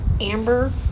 amber